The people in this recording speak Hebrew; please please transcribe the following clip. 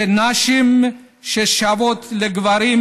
נשים שוות לגברים,